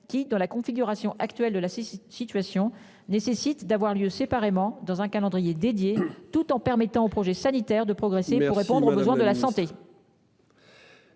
qui dans la configuration actuelle de la situation nécessite d'avoir lieu séparément dans un calendrier dédié tout en permettant aux projets sanitaires de progresser pour répondre aux besoins de la santé.